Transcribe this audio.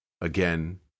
Again